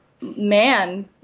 man